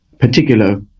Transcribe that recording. particular